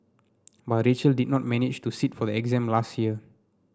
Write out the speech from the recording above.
but Rachel did not manage to sit for the exam last year